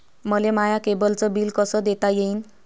मले माया केबलचं बिल कस देता येईन?